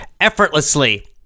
effortlessly